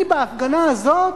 אני בהפגנה הזאת,